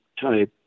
type